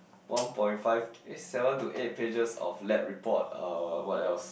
one point five eh seven to eight pages of lab report uh what else